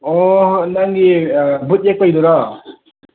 ꯑꯣ ꯅꯪꯒꯤ ꯚꯨꯠ ꯌꯦꯛꯄꯒꯤꯗꯨꯔꯣ